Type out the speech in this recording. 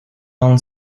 non